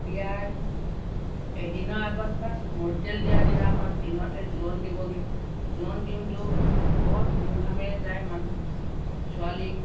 বিয়াৰ এদিনৰ আগত বা মূৰত তেল দিয়াৰ দিনাখন দিনতে জোৰণ দিবগৈ জোৰণ দিওঁতেও বৰ ধুমধামেৰে যায় মানুহ ছোৱালীক